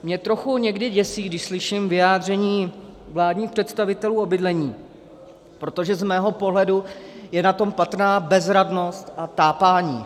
Mě trochu někdy děsí, když slyším vyjádření vládních představitelů o bydlení, protože z mého pohledu je na tom patrná bezradnost a tápání.